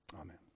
amen